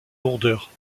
lourdeur